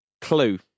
Clue